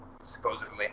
Supposedly